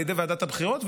על ידי ועדת הבחירות,